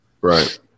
right